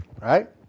Right